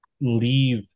leave